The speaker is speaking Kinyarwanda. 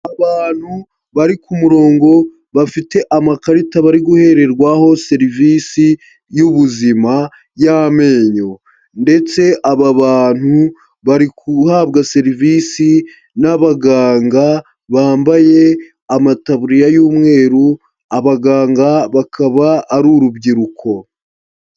Abantu bari ku murongo bafite amakarita bari guhererwaho serivisi y'ubuzima y'amenyo ndetse aba bantu bari guhabwa serivisi n'abaganga bambaye amataburiya y'umweru, abaganga bakaba ari urubyiruko.